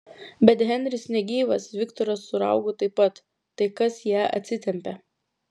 bet henris negyvas viktoras su raugu taip pat tai kas ją atsitempė